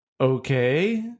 okay